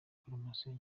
poromosiyo